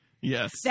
Yes